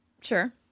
Sure